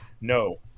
no